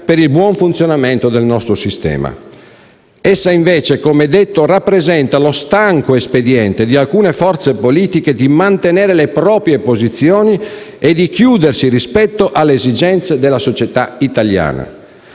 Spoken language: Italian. per il buon funzionamento del nostro sistema. Essa invece, come detto, rappresenta lo stanco espediente di alcune forze politiche per mantenere le proprie posizioni e per chiudersi rispetto alle esigenze della società italiana.